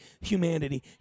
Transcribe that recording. humanity